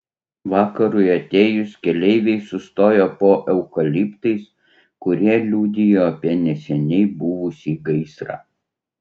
vakarui atėjus keleiviai sustojo po eukaliptais kurie liudijo apie neseniai buvusį gaisrą